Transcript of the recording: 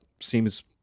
seems